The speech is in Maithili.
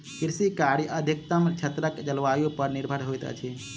कृषि कार्य अधिकतम क्षेत्रक जलवायु पर निर्भर होइत अछि